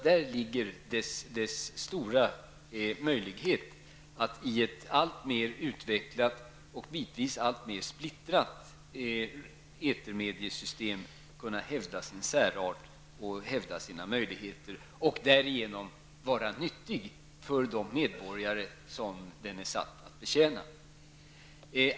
Där ligger dess stora möjlighet att i ett alltmer utvecklat och bitvis alltmer splittrat etermediesystem kunna hävda sin särart och sina möjligheter för att därigenom vara nyttig för de medborgare som den är satt att betjäna.